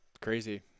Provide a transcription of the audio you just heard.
crazy